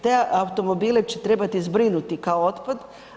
Te automobile će trebati zbrinuti kao otpad.